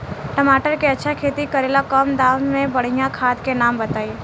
टमाटर के अच्छा खेती करेला कम दाम मे बढ़िया खाद के नाम बताई?